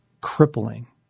crippling